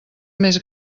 més